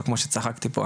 או כמו שצחקתי פה,